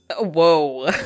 Whoa